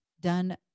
done